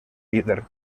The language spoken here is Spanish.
líder